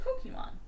Pokemon